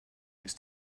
ist